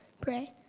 Pray